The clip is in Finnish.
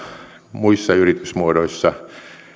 muissa yritysmuodoissa